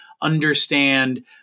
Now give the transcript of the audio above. understand